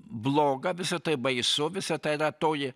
bloga visa tai baisu visa tai yra toji